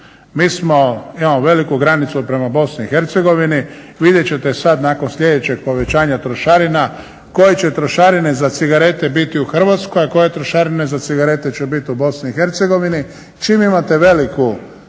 imamo veliku granicu prema Bosni i Hercegovini. Vidjet ćete sad nakon sljedećeg povećanja trošarina koje će trošarine za cigarete biti u Hrvatskoj, a koje trošarine za cigarete će biti u Bosni i Hercegovini. Čim imate veliku razliku